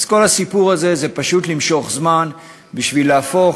כל הסיפור הזה הוא פשוט למשוך זמן בשביל להפוך,